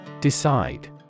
Decide